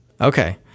Okay